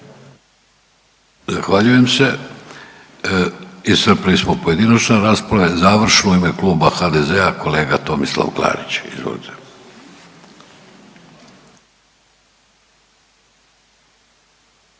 Zahvaljujem se. Iscrpili smo pojedinačne rasprave, završno u ime Kluba HDZ-a kolega Tomislav Klarić,